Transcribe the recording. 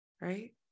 right